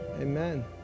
Amen